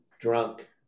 drunk